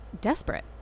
Desperate